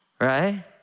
Right